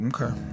okay